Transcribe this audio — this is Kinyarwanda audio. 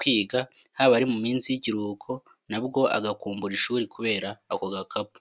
kwiga haba ari mu minsi y'ikiruhuko nabwo agakumbura ishuri kubera ako gakapu.